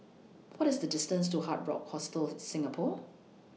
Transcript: What IS The distance to Hard Rock Hostel Singapore